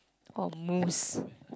or moose